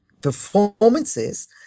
performances